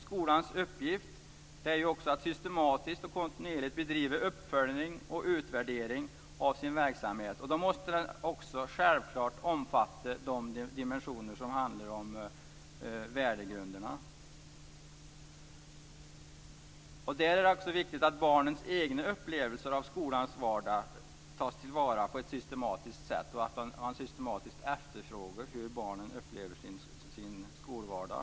Skolans uppgift är ju också att systematiskt och kontinuerligt bedriva uppföljning och utvärdering av verksamheten. Då måste den självklart också omfatta de dimensioner som handlar om värdegrunderna. Det är också viktigt att barnens egna upplevelser av skolans vardag tas till vara på ett systematiskt sätt och att man systematiskt frågar hur barnen upplever sin skolvardag.